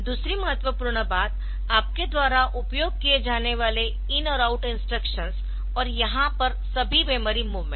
दूसरी महत्वपूर्ण बात आपके द्वारा उपयोग किए जाने वाले IN और OUT इंस्ट्रक्शंस और यहाँ पर सभी मेमोरी मूवमेंट